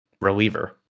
reliever